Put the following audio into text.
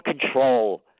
control